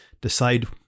decide